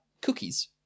cookies